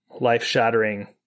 life-shattering